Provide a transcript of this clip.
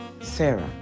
Sarah